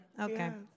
Okay